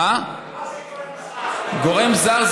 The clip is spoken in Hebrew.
מה זה גורם זר?